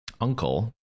uncle